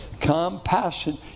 Compassion